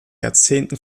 jahrzehnten